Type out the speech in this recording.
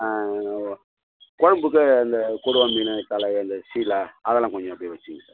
குழம்புக்கு இந்த கொடுவா மீன் தலை இந்த ஷீலா அதெல்லாம் கொஞ்சம் அப்படியே வைச்சுருங்க சார்